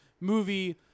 movie